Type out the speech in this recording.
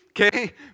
Okay